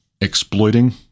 exploiting